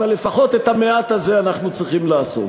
אבל לפחות את המעט הזה אנחנו צריכים לעשות.